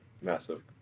massive